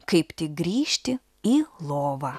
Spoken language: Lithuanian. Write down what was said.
kaip tik grįžti į lovą